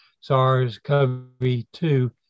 SARS-CoV-2